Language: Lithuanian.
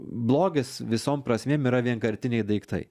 blogis visom prasmėm yra vienkartiniai daiktai